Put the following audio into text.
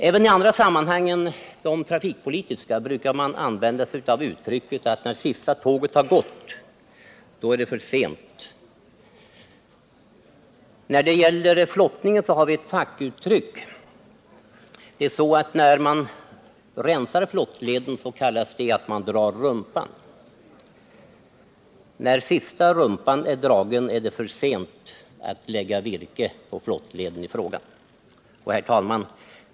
Även i andra sammanhang än de trafikpolitiska brukar man säga att när sista tåget har gått är det försent. När det gäller flottning har vi ett fackuttryck. Att rensa flottleden kallas att ”dra rumpan”. När sista rumpan är dragen är det försent att lägga virke på flottleden i fråga. Herr talman!